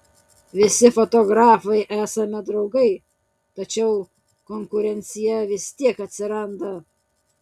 visi fotografai esame draugai tačiau konkurencija vis tiek atsiranda